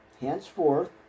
henceforth